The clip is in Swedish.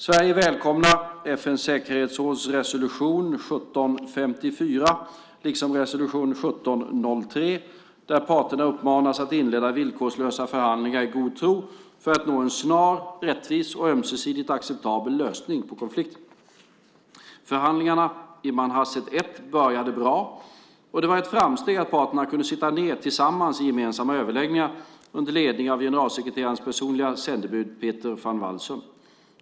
Sverige välkomnar FN:s säkerhetsråds resolution 1754 07 den 31 oktober 2007 där parterna uppmanas att inleda villkorslösa förhandlingar i god tro för att nå en snar, rättvis och ömsesidigt acceptabel lösning på konflikten. Förhandlingarna i Manhasset I började bra, och det var ett framsteg att parterna kunde sitta ned tillsammans i gemensamma överläggningar under ledning av generalsekreterarens personliga sändebud Peter van Walsum.